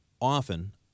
often